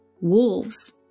wolves